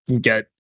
get